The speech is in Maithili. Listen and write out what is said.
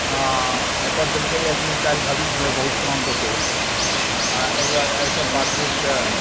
आओर एकर देलकैए कि काल्हि भविष्यमे बहुत काम देतय आओर अइ दुआरे अइ सभ बात सोचिकऽ